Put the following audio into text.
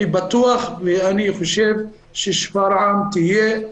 אני בטוח ששפרעם תהיה,